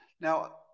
Now